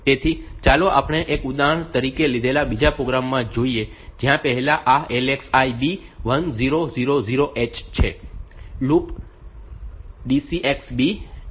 તેથી ચાલો આપણે એક ઉદાહરણ તરીકે લીધેલા બીજા પ્રોગ્રામમાં જોઈએ જ્યાં પહેલા આ LXI B 1000h છે